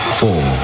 four